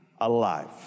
Alive